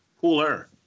Cooler